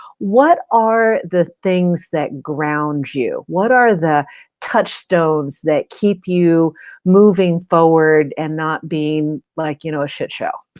what are the things that ground you, what are the touchstones that keep you moving forward and not being like you know a shit show?